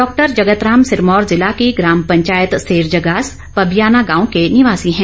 doctor Jagat Ram Sirmaur जिला की ग्राम पंचायत सेर जगास पबियाना गांव के निवासी है